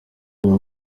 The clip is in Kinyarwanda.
ariwe